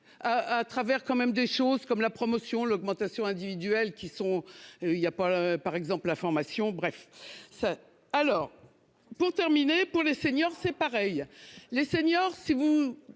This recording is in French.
à travers quand même des choses comme la promotion l'augmentation individuelle, qui sont il y a pas là par exemple la formation, bref ce. Alors pour terminer pour les seniors c'est pareil les seniors. Si vous